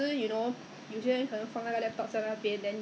orh pretend lah